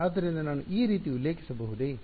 ಆದ್ದರಿಂದ ನಾನು ಈ ರೀತಿ ಉಲ್ಲೇಖಿಸಬಹುದೇ